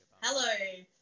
Hello